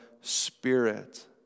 Spirit